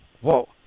whoa